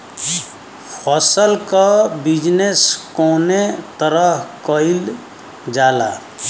फसल क बिजनेस कउने तरह कईल जाला?